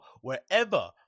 wherever